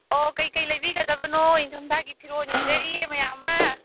ꯑꯣ ꯀꯩꯀꯩ ꯂꯩꯕꯤꯒꯗꯕꯅꯣ ꯏꯟꯊꯝꯊꯥꯒꯤ ꯐꯤꯔꯣꯟ ꯌꯣꯟꯖꯔꯤꯌꯦ ꯃꯌꯥꯝ ꯑꯃ